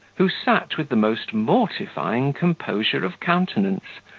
who sat with the most mortifying composure of countenance,